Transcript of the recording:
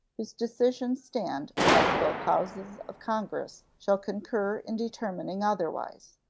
whose decisions stand unless both houses of congress shall concur in determining otherwise,